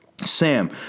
Sam